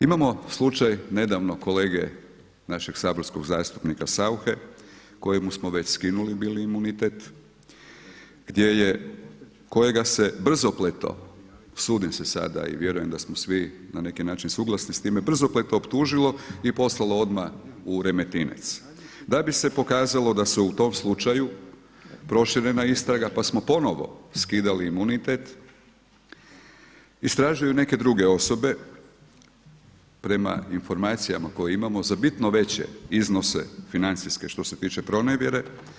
Imamo slučaj nedavno kolege našeg saborskog zastupnika Sauche kojemu smo već skinuli bili imunitet, gdje je, kojega se brzopleto usudim se sada i vjerujem da smo svi na neki način suglasni s time brzopleto optužilo i i poslalo odmah u Remetinec, da bi se pokazalo da su u tom slučaju proširena istraga pa smo ponovo skidali imunitet, istražuju neke druge osobe, prema novim informacijama koje imamo za bitno veće iznose financijske što se tiče pronevjere.